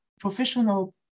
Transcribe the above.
professional